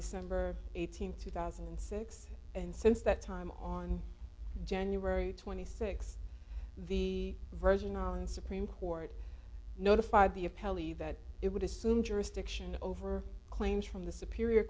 december eighteenth two thousand and six and since that time on january twenty sixth the virgin islands supreme court notified the appellee that it would assume jurisdiction over claims from the superior